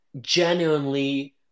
genuinely